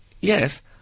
Yes